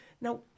Now